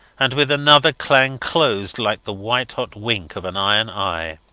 and with another clang closed like the white-hot wink of an iron eye.